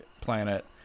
planet